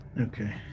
Okay